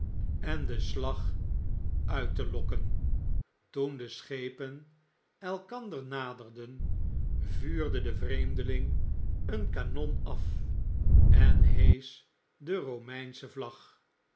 en den slag uit te lokken toen de schepen elkander naderden vuurde de vreemdeling een kanon af en heesch de romeinsche vlag